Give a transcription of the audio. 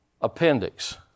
appendix